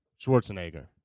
Schwarzenegger